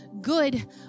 good